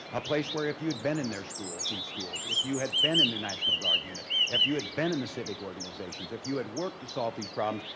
a place where if you'd been in their schools, these schools, if you had been in their national guard units, if you had been in the civic organizations, if you had worked to solve these problems,